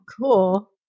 cool